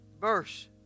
verse